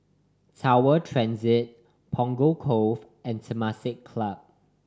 Tower Transit Punggol Cove and Temasek Club